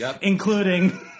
including